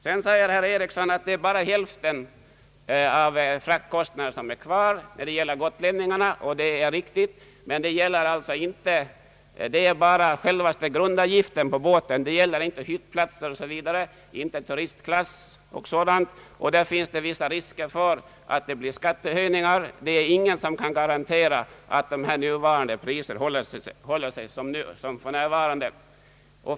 Herr John Ericsson säger vidare att det är bara hälften av fraktkostnaderna som är kvar för gotlänningarna, och det är riktigt. Men det gäller bara själva grundavgiften på båten och inte hyttplatser, inte turistklass osv., och där finns det vissa risker för taxehöjningar. Ingen kan garantera att nuvarande priser håller sig.